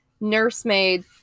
nursemaid